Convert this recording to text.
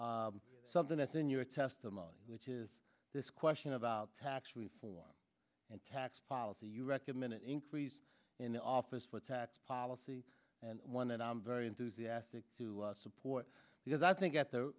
something that's in your testimony which is this question about tax reform and tax policy you recommend an increase in the office for tax policy and one that i'm very enthusiastic to support because i think at the